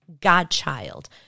Godchild